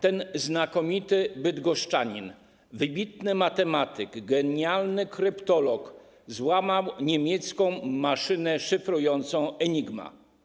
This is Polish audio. Ten znakomity bydgoszczanin, wybitny matematyk, genialny kryptolog złamał niemiecką maszynę szyfrującą Enigma.